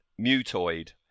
mutoid